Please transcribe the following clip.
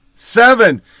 Seven